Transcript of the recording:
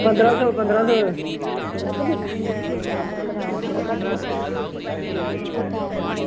पंदरां सौ पंदरां सौ